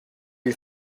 you